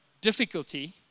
difficulty